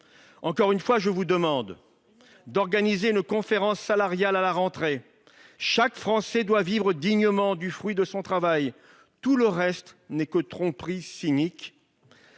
Encore une fois, je vous demande d'organiser une conférence salariale à la rentrée. Chaque Français doit vivre dignement du fruit de son travail. Tout le reste n'est que tromperie cynique.